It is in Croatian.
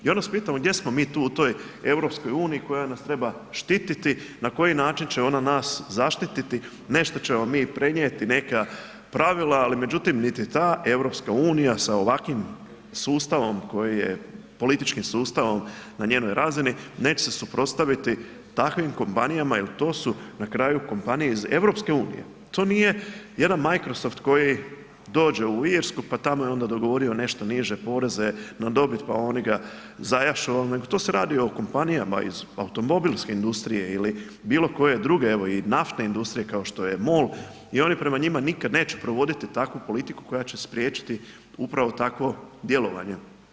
I ja vas pitam gdje smo mi tu u toj EU koja nas treba štititi, na koji način će ona nas zaštititi, nešto ćemo mi prenijeti, neka pravila, al međutim ni ta EU sa ovakvim sustavom koji je političkim sustavom na njenoj razini, neće se suprotstaviti takvim kompanijama jel to su na kraju kompanije iz EU, to nije jedan microsoft koji dođe u Irsku, pa tamo je onda dogovorio nešto niže poreze na dobit, pa oni ga zajašu, tu se radi o kompanijama iz automobilske industrije ili bilo koje druge, evo i naftne industrije kao što je MOL i oni prema njima nikad neće provoditi takvu politiku koja će spriječiti upravo takvo djelovanje.